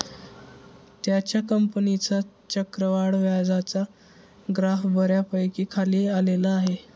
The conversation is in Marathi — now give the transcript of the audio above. त्याच्या कंपनीचा चक्रवाढ व्याजाचा ग्राफ बऱ्यापैकी खाली आलेला आहे